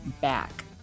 back